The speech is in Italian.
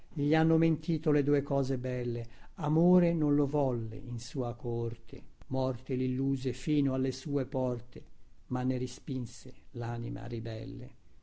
gli hanno mentito le due cose belle amore non lo volle in sua coorte morte lilluse fino alle sue porte ma ne respinse lanima ribelle